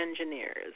engineers